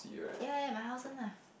ya ya my house one lah